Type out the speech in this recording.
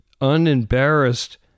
unembarrassed